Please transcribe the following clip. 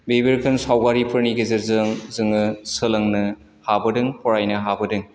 बे रोखोम सावगारिफोरनि गेजेरजों जोङो सोलोंनो हाबोदों फरायनो हाबोदों